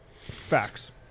Facts